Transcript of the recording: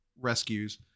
rescues